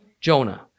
Jonah